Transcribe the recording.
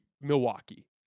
Milwaukee